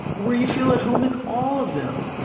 where you feel at home in all of them.